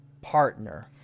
partner